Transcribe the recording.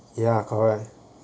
ya correct